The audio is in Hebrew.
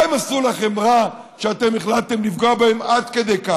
מה הם עשו לכם רע שאתם החלטתם לפגוע בהם עד כדי כך?